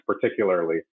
particularly